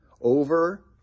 over